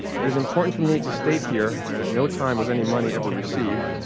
it is important for me to state here that at no time was any money ever received,